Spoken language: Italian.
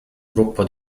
gruppo